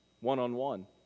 one-on-one